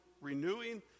renewing